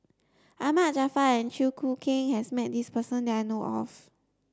Ahmad Jaafar and Chew Choo Keng has met this person that I know of